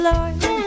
Lord